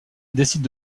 décide